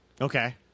Okay